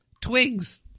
twigs